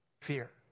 Fear